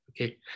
okay